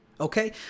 Okay